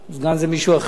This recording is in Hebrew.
הסגן זה מישהו אחר.